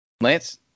Lance